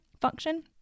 function